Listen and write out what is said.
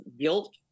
guilt